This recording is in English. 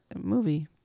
movie